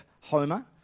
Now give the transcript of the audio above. Homer